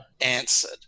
answered